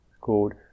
called